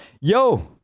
Yo